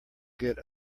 get